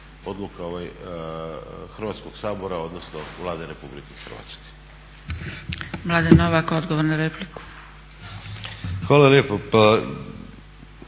odluka Hrvatskog sabora odnosno Vlade Republike Hrvatske.